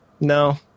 no